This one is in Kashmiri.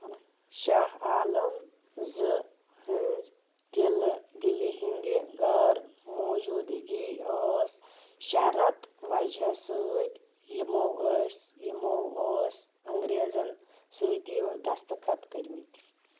شاہ عالم زٕ ہٕنٛز دِلہٕ دِلہِ ہٕنٛدِ غٲر موجوٗدٕگی ٲس شرط وجہ سۭتۍ یِمو ٲسۍ یِمو اوس انٛگریزن سۭتی دستخط کٔرۍمٕتۍ